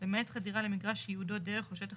למעט חדירה למגרש שייעודו דרך או שטח